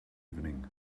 evening